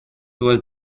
was